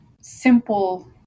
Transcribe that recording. simple